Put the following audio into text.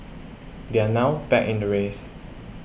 they are now back in the race